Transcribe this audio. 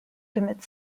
commit